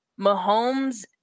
Mahomes